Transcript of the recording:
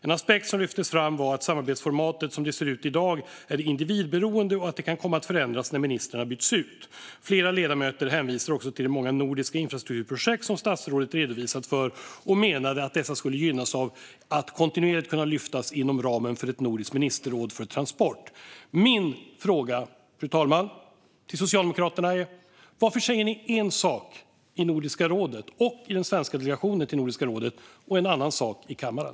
En aspekt som lyftes fram var att samarbetsformatet som det ser ut i dag är individberoende och att det kan komma att förändras när ministrarna byts ut. Flera ledamöter hänvisade också till de många nordiska infrastrukturprojekt som statsrådet redovisat för och menade att dessa skulle gynnas av att kontinuerligt kunna lyftas inom ramen för ett nordiskt ministerråd för transport. Fru talman! Min fråga till Socialdemokraterna är: Varför säger ni en sak i Nordiska rådet och i den svenska delegationen till Nordiska rådet och en annan sak i kammaren?